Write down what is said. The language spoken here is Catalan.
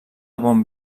bon